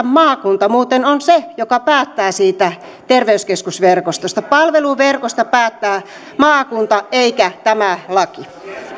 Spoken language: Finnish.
maakunta muuten on se joka päättää siitä ter veyskeskusverkostosta palveluverkosta päättää maakunta eikä tämä laki